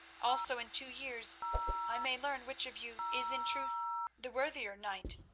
also in two years i may learn which of you is in truth the worthier knight,